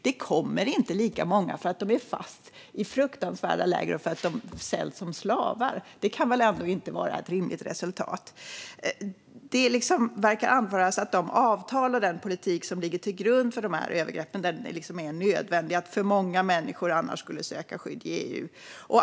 Det kommer inte lika många därför att de är fast i fruktansvärda läger och för att de säljs som slavar. Det kan väl ändå inte vara ett rimligt resultat. Det verkar anföras att de avtal och den politik som ligger till grund för de här övergreppen är nödvändiga, eftersom många människor annars skulle söka skydd i EU.